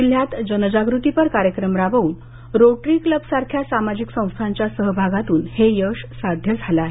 जिल्ह्यात जनजागृतीपर कार्यक्रम राबवून रोटरी क्लबसारख्या सामाजिक संस्थांच्या सहभागातून हे यश साध्य झालं आहे